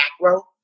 macro